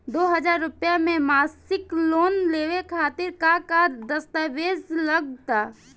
दो हज़ार रुपया के मासिक लोन लेवे खातिर का का दस्तावेजऽ लग त?